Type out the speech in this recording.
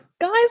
guys